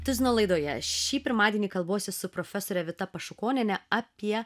tuzino laidoje šį pirmadienį kalbuosi su profesore vita pašukoniene apie